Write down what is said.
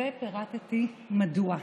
ופירטתי מדוע.